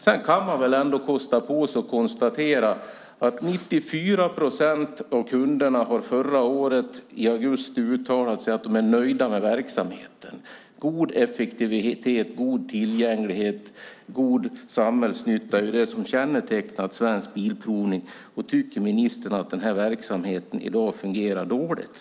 Sedan kan man väl ändå kosta på sig att konstatera att 94 procent av kunderna i augusti förra året uttalade att de är nöjda med verksamheten. God effektivitet, god tillgänglighet och god samhällsnytta är det som kännetecknat Svensk Bilprovning. Tycker ministern att den här verksamheten i dag fungerar dåligt?